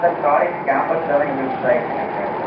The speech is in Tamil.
சார் காலேஜ் கேம்பஸில் தான் எங்கையோ மிஸ் ஆகிடுச்சின்னு நினைக்கிறேன் சார்